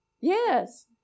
Yes